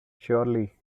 surely